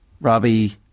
Robbie